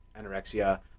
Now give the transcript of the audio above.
anorexia